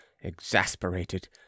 exasperated